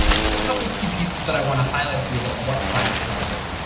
just a couple of key pieces that i want to highlight a few about what firefly is.